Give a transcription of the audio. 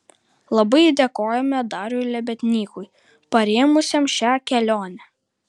labai dėkojame dariui lebednykui parėmusiam šią kelionę